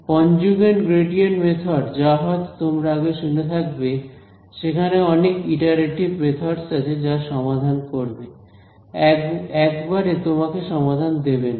conjugate gradient method যা হয়তো তোমরা আগে শুনে থাকবে সেখানে অনেক ইটারেটিভ মেথডস আছে যা সমাধান করবে একবারে তোমাকে সমাধান দেবে না